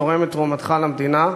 תורם את תרומתך למדינה.